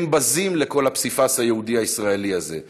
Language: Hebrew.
הם בזים לכל הפסיפס היהודי-ישראלי הזה.